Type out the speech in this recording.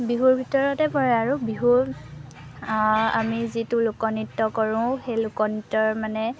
বিহুৰ ভিতৰতে পৰে আৰু বিহু আমি যিটো লোকনৃত্য কৰোঁ সেই লোকনৃত্যৰ মানে